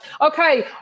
Okay